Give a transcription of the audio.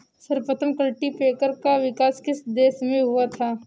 सर्वप्रथम कल्टीपैकर का विकास किस देश में हुआ था?